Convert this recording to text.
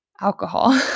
alcohol